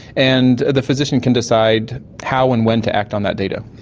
and the physician can decide how and when to act on that data.